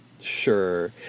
Sure